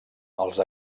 els